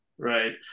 Right